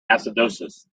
acidosis